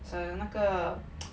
it's err 那个